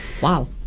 Wow